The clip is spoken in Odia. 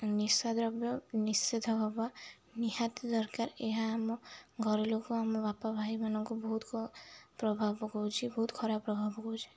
ନିଶାଦ୍ରବ୍ୟ ନିଷେଧ ହେବା ନିହାତି ଦରକାର ଏହା ଆମ ଘର ଲୋକ ଆମ ବାପା ଭାଇମାନଙ୍କୁ ବହୁତ ପ୍ରଭାବ ପକାଉଛିି ବହୁତ ଖରାପ ପ୍ରଭାବ ପକାଉଛିି